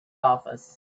office